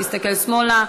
תסתכל שמאלה.